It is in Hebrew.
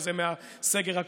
100 מטרים זה מהסגר הקודם,